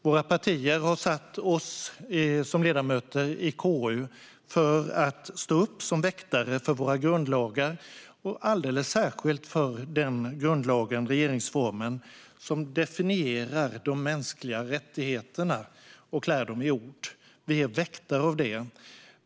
Våra partier har satt oss som ledamöter i KU för att vi ska vakta våra grundlagar och alldeles särskilt grundlagen regeringsformen som definierar de mänskliga rättigheterna och klär dem i ord. Vi är väktare av dem.